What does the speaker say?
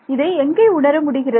இதை எங்கே உணர முடிகிறது